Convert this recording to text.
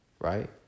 right